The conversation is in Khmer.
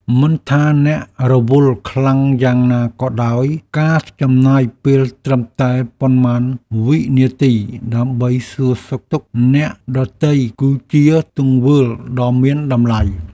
មិនថាអ្នករវល់ខ្លាំងយ៉ាងណាក៏ដោយការចំណាយពេលត្រឹមតែប៉ុន្មានវិនាទីដើម្បីសួរសុខទុក្ខអ្នកដទៃគឺជាទង្វើដ៏មានតម្លៃ។